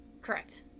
Correct